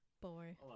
boy